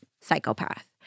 psychopath